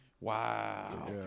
Wow